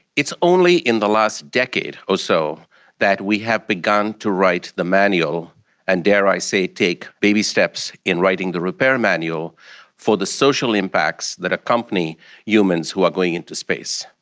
it's only in the last decade or so that we have begun to write the manual and, dare i say, take baby steps in writing the repair manual for the social impacts that accompany humans who are going into space.